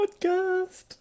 Podcast